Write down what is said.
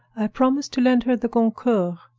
i promised to lend her the goncourt.